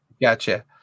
Gotcha